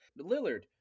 Lillard